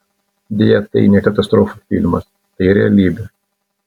deja tai ne katastrofų filmas tai realybė